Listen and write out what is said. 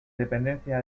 dependencia